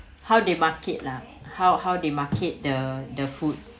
how they market lah how how they market the the food